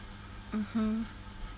mmhmm